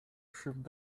shift